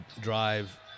drive